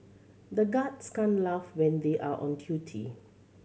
the guards can't laugh when they are on duty